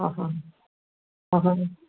आहा आहा